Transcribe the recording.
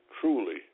truly